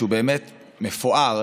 שהוא באמת מפואר,